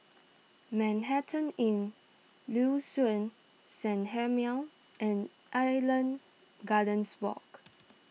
Manhattan Inn Liuxun Sanhemiao and Island Gardens Walk